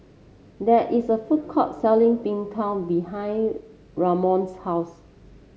there is a food court selling Png Tao behind Ramon's house